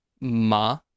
ma